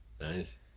Nice